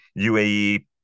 UAE